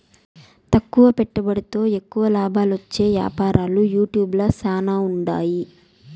తక్కువ పెట్టుబడితో ఎక్కువ లాబాలొచ్చే యాపారాలు యూట్యూబ్ ల శానా ఉండాయి